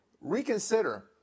reconsider